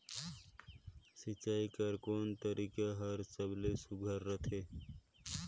सिंचाई कर कोन तरीका हर सबले सुघ्घर रथे?